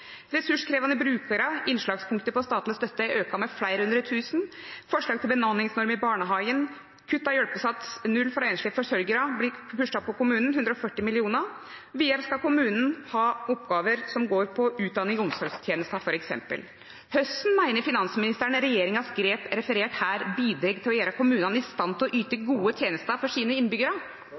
Ressurskrevende brukere, der innslagspunktet for statlig støtte er økt med flere hundre tusen, forslag til bemanningsnorm i barnehagen, kuttet hjelpestønad og null til enslige forsørgere blir pushet på kommunen: 140 mill. kr. Videre skal kommunen ha oppgaver som går på f.eks. utdanning og omsorgstjenester. Hvordan mener finansministeren regjeringens grep – referert her – bidrar til å gjøre kommunene i stand til å yte gode tjenester for sine innbyggere?